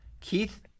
Keith